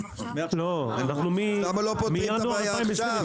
למה הנושא הזה תקוע?